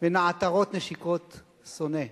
ונעתרות נשיקות שונא.